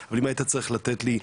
אבל אם היית צריך לתת לי,